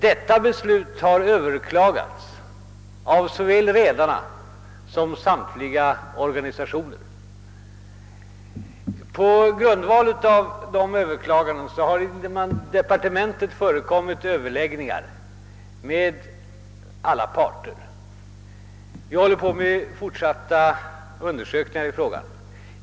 Detta beslut har överklagats av såväl redarna som samtliga organisationer. På grund av dessa överklaganden har det i departementet förekommit överläggningar med alla parter. Vi håller nu på med fortsatta undersökningar i frågan.